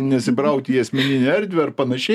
nesibrauti į asmeninę erdvę ar panašiai